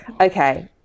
okay